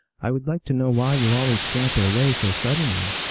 i would like to know why you always scamper away so suddenly,